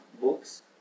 books